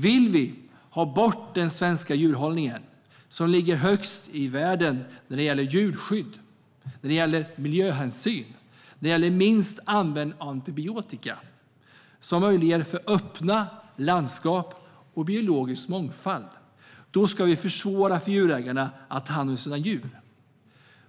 Vill vi ha bort den svenska djurhållningen, som ligger främst i världen när det gäller djurskydd, miljöhänsyn och minst användning av antibiotika, som möjliggör för öppna landskap och biologisk mångfald, då ska vi försvåra för djurägarna att ta hand om sina djur.